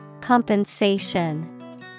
Compensation